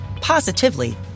positively